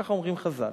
ככה אומרים חז"ל.